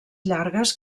llargues